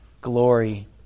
glory